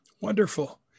Wonderful